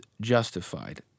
justified